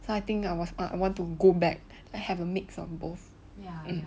so I think I was ah I want to go back have a mix of both ya